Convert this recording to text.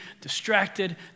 distracted